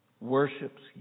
worships